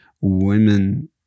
women